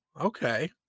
okay